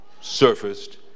surfaced